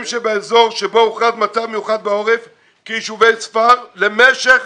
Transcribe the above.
שבאזור שבו הוכרז מצב מיוחד בעורף כיישובי ספר למשך